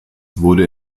wurde